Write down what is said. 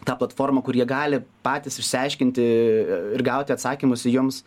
tą platformą kur jie gali patys išsiaiškinti ir gauti atsakymus į jums